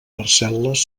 parcel·les